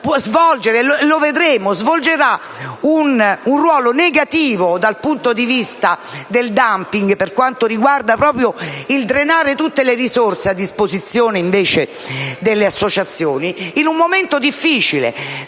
come vedremo, essa svolgerà un ruolo negativo dal punto di vista del *dumping*, per quanto riguarda proprio il fatto di drenare tutte le risorse a disposizione delle associazioni, in un momento difficile.